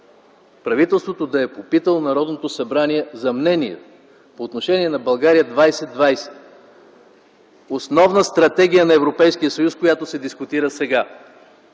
Правителството да е попитало Народното събрание за мнение по отношение на „България 2020”? Основна стратегия на Европейския съюз, която се дискутира сега.